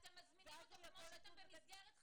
אתם מזמינים אותו כמו במסגרת חקירה.